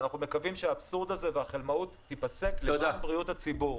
אנחנו מקווים שהאבסורד והחלמאות הזו ייפסקו למען בריאות הציבור.